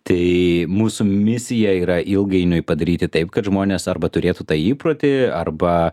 tai mūsų misija yra ilgainiui padaryti taip kad žmonės arba turėtų tą įprotį arba